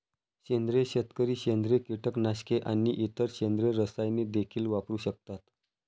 सेंद्रिय शेतकरी सेंद्रिय कीटकनाशके आणि इतर सेंद्रिय रसायने देखील वापरू शकतात